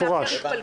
שאפשר התפלגות.